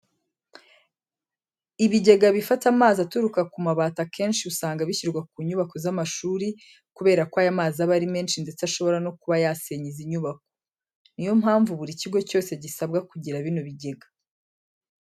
Ibigega bifata amazi aturuka ku mabati akenshi usanga bishyirwa ku nyubako z'amashuri kubera ko aya mazi aba ari menshi ndetse ashobora no kuba yasenya izi nyubako. Ni yo mpamvu buri kigo cyose gisabwa kugira bino bigega.